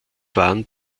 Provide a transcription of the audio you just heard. waren